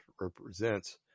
represents